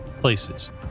places